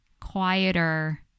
quieter